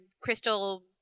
crystal